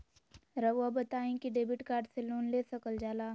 रहुआ बताइं कि डेबिट कार्ड से लोन ले सकल जाला?